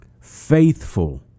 faithful